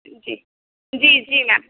جی جی جی میم